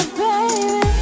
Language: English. baby